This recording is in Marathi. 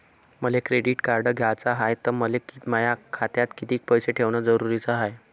मले क्रेडिट कार्ड घ्याचं हाय, त मले माया खात्यात कितीक पैसे ठेवणं जरुरीच हाय?